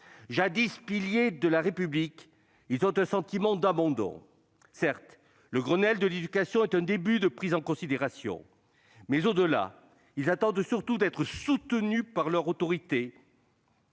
Jadis piliers de la République, ils ressentent désormais un sentiment d'abandon. Certes, le Grenelle de l'éducation est un début de prise en considération, mais, au-delà, ils attendent surtout d'être soutenus quand leur autorité